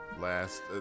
last